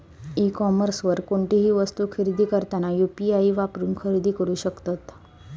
E कॉमर्सवर कोणतीही वस्तू खरेदी करताना यू.पी.आई वापरून खरेदी करू शकतत